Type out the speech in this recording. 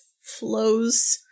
flows